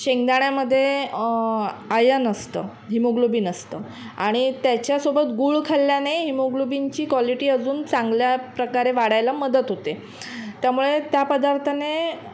शेंगदाण्यामध्ये आयन असतं हिमोग्लोबीन असतं आणि त्याच्यासोबत गुळ खाल्ल्याने हिमोग्लोबीनची क्वालिटी अजून चांगल्या प्रकारे वाढायला मदत होते त्यामुळे त्या पदार्थाने